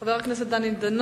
חבר הכנסת דני דנון,